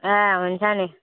ए हुन्छ नि